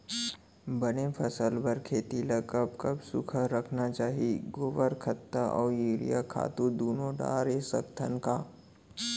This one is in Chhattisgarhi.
बने फसल बर खेती ल कब कब सूखा रखना चाही, गोबर खत्ता और यूरिया खातू दूनो डारे सकथन का?